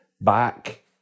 back